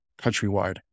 countrywide